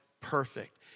perfect